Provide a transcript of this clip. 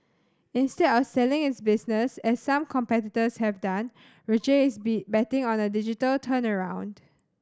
instead of selling its business as some competitors have done Roche is be betting on a digital turnaround